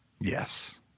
Yes